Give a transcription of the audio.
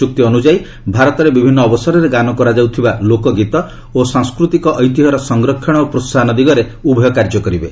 ଚୁକ୍ତି ଅନୁଯାୟୀ ଭାରତରେ ବିଭିନ୍ନ ଅବସରରେ ଗାନ କରାଯାଉଥିବା ଲୋକଗୀତ ଓ ସାଂସ୍କୃତିକ ଐତିହର ସଂରକ୍ଷଣ ଓ ପ୍ରୋସାହନ ଦିଗରେ ଉଭୟ କାର୍ଯ୍ୟ କରିବେ